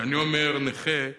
כשאני אומר "נכה",